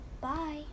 bye